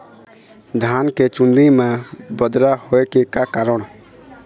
धान के चुन्दी मा बदरा होय के का कारण?